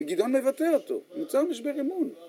גדעון מבטא אותו, ונוצר משבר אמון.